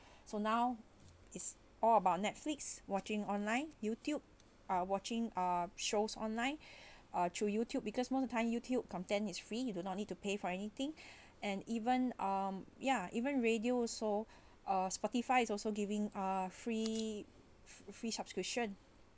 so now is all about netflix watching online youtube uh watching uh shows online uh through youtube because most the time youtube content is free you do not need to pay for anything and even um ya even radio also uh spotify is also giving uh free free subscription